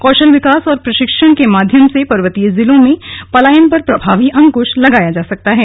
कौशल विकास और प्रशिक्षण के माध्यम से पर्वतीय जिलों में पलायन पर प्रभावी अंकुश लगाया जा सकता है